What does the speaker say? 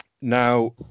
Now